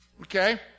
okay